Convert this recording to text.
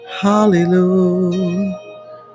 Hallelujah